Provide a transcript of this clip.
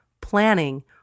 planning